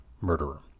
murderer